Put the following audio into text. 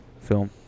film